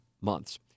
months